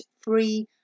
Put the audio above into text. free